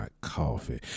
coffee